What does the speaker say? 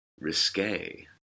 risque